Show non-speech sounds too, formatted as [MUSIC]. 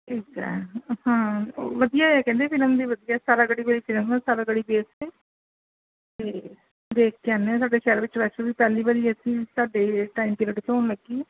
ਠੀਕ ਆ ਹਾਂ ਵਧੀਆ ਹੈ ਕਹਿੰਦੇ ਫਿਲਮ ਵੀ ਵਧੀਆ ਆ ਸਾਰਾਗੜ੍ਹੀ [UNINTELLIGIBLE] ਫਿਲਮ ਆ ਸਾਰਾਗੜ੍ਹੀ ਬੇਸ 'ਤੇ ਅਤੇ ਦੇਖ ਕੇ ਆਉਂਦੇ ਸਾਡੇ ਸ਼ਹਿਰ ਵਿੱਚ ਵੈਸੇ ਵੀ ਪਹਿਲੀ ਵਾਰੀ [UNINTELLIGIBLE] ਹੋਣ ਲੱਗੀ ਆ